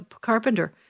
carpenter